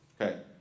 Okay